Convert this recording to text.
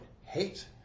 hate